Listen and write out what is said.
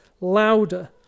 louder